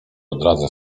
odradza